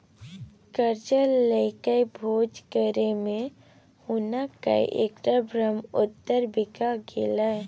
करजा लकए भोज करय मे हुनक कैकटा ब्रहमोत्तर बिका गेलै